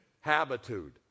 habitude